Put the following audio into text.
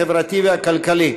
החברתי והכלכלי.